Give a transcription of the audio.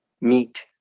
meet